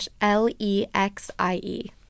L-E-X-I-E